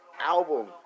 album